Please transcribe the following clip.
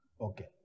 Okay